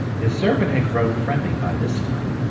his servant had grown friendly by this time,